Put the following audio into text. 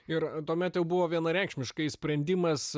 ir tuomet jau buvo vienareikšmiškai sprendimas